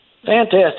Fantastic